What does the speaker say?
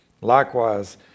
Likewise